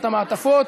המעטפות,